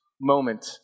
moment